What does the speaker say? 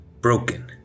broken